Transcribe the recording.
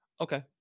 okay